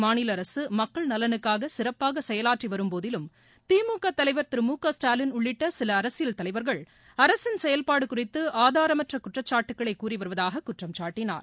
மாநில அரசு மக்கள் நலனுக்காக சிறப்பாக செயலாற்றி வரும்போதிலும் திமுக தலைவர் திரு முகஸ்டாலின் உள்ளிட்ட சில அரசியல் தலைவர்கள் அரசின் செயல்பாடு குறித்து ஆதாரமற்ற குற்றச்சாட்டுக்களை கூறிவருவதாக குற்றம் சாட்டினார்